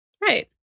Right